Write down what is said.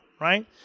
right